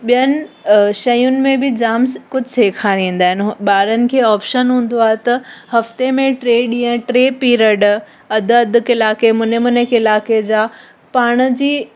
ॿियनि शयुनि में बि जामु स कुझु सेखारींदा आहिनि हो ॿारनि खे ऑप्शन हूंदो आहे त हफ़्ते में टे ॾींहं टे पिरड अधि अधि किलाके मुने मुने किलाके जा पाण जी